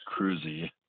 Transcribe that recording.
Cruzy